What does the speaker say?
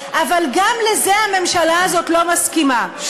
אבל גם לזה הממשלה הזאת לא מסכימה.